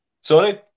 Sorry